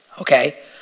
Okay